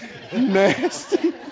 nasty